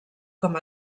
com